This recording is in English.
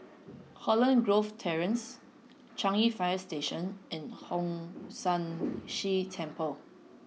Holland Grove Terrace Changi Fire Station and Hong San See Temple